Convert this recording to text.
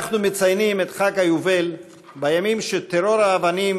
אנחנו מציינים את חג היובל בימים שטרור האבנים